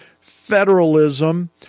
federalism